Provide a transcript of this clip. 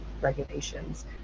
regulations